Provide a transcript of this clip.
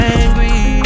angry